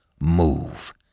move